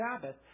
Sabbath